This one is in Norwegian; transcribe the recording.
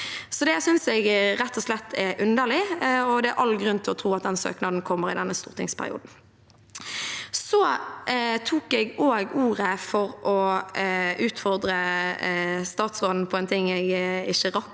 rett og slett er underlig. Det er all grunn til å tro at den søknaden kommer i denne stortingsperioden. Jeg tok også ordet for å utfordre statsråden på en ting jeg ikke rakk